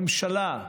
ממשלה,